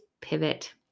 pivot